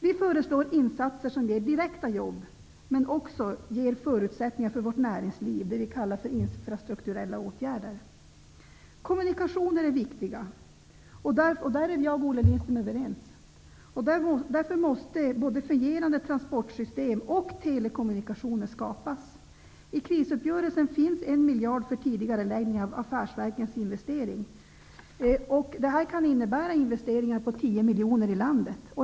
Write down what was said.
Vi föreslår insatser som ger direkta jobb men som också ger förutsättningar för vårt näringsliv, det vi kallar för infrastrukturella åtgärder. Kommunikationer är viktiga -- där är Olle Lindström och jag överens -- och därför måste både fungerande transportsystem och telekommunikationer skapas. I krisuppgörelsen finns en miljard för tidigareläggning av affärsverkens investeringar. Det kan innebära investeringar på 10 miljarder i landet.